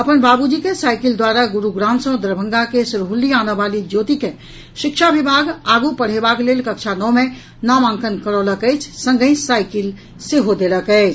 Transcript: अपन बाबूजी के साईकिल द्वारा गुरूग्राम सँ दरभंगा के सिरहुल्ली आनऽ वाली ज्योति के शिक्षा विभाग आगू पढ़ेबाक लेल कक्षा नओ मे नामांकन करौलक अछि संगहि साईकिल सेहो देलक अछि